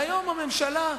והיום הממשלה,